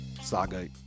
saga